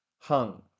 hung